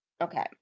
Okay